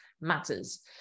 matters